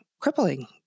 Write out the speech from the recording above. crippling